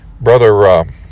Brother